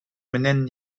менен